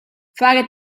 fare